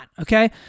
okay